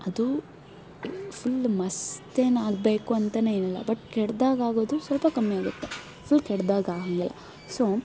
ಅದು ಫುಲ್ ಮಸ್ತೇನಾಗಬೇಕು ಅಂತನೇನಿಲ್ಲ ಬಟ್ ಕೆಟ್ದಾಗಿ ಆಗೋದು ಸ್ವಲ್ಪ ಕಮ್ಮಿ ಆಗುತ್ತೆ ಫುಲ್ ಕೆಟ್ದಾಗಿ ಆಗೋಂಗಿಲ್ಲ ಸೊ